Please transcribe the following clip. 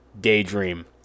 daydream